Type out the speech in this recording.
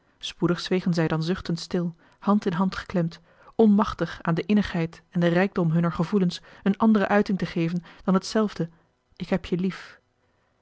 spoedig zwegen zij dan zuchtend stil hand in hand geklemd onmachtig aan de innigheid en den rijkdom hunner gevoelens een andere uiting te geven dan hetzelfde ik heb je lief